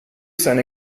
seine